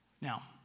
Now